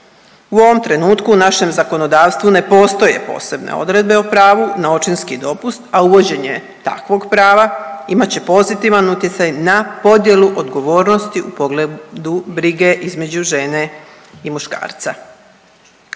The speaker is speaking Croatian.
U ovom trenutku u našem zakonodavstvu ne postoje posebne odredbe o pravu na očinski dopust, a uvođenje takvog prava imat će pozitivan utjecaj na podjelu odgovornosti u pogledu brige između žene i muškarca.